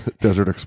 desert